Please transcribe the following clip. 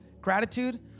gratitude